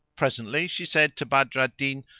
presently she said to badr al-din,